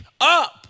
up